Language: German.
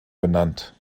benannt